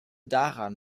daran